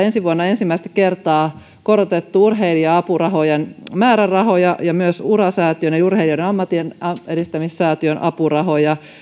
ensi vuonna ensimmäistä kertaa korotettu urheilija apurahojen määrärahoja ja myös ura säätiön eli urheilijoiden ammattienedistämissäätiön apurahoja